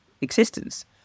existence